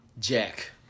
Jack